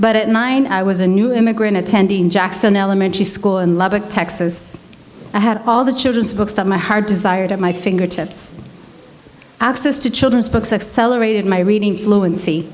but at nine i was a new immigrant attending jackson elementary school in lubbock texas i had all the children's books that my heart desired at my fingertips access to children's books accelerated my reading fluency